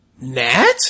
Nat